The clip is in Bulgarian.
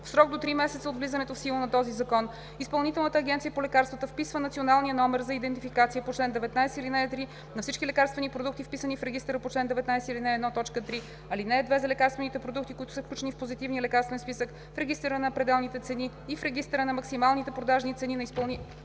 В срок до три месеца от влизането в сила на този закон Изпълнителната агенция по лекарствата вписва национален номер за идентификация по чл. 19, ал. 3 на всички лекарствени продукти, вписани в регистъра по чл. 19, ал. 1, т. 3. (2) За лекарствените продукти, които са включени в Позитивния лекарствен списък, в регистъра на пределните цени и в регистъра на максималните продажни цени Изпълнителната